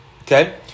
Okay